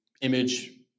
image